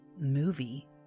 movie